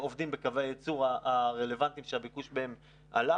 התמודדות עם הביקוש בצד המחלבות.)